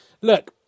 look